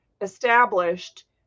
established